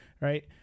right